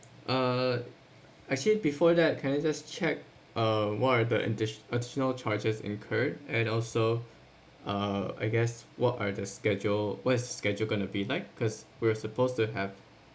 uh actually before that can I just check uh what are the addi~ additional charges incurred and also uh I guess what are the schedule what is schedule going to be like because we're supposed to have